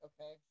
Okay